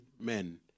men